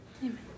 Amen